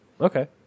Okay